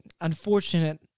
unfortunate